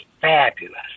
fabulous